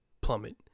plummet